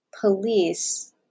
police